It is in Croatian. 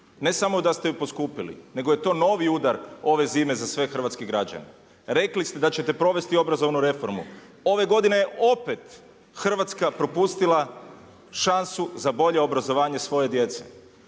ne samo da ste ju poskupili nego je to novi udar ove zime za sve hrvatske građane. Rekli ste da ćete provesti obrazovnu reformu, ove godine opet Hrvatska propustila šansu za bolje obrazovanje svoje djece.